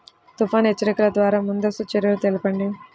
తుఫాను హెచ్చరికల ద్వార ముందస్తు చర్యలు తెలపండి?